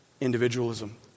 individualism